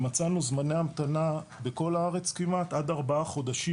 מצאנו זמני המתנה בכל הארץ כמעט עד 4 חודשים.